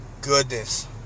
Goodness